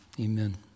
amen